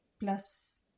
plus